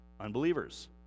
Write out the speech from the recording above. unbelievers